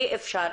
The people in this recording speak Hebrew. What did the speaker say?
אי אפשר.